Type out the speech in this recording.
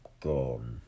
Gone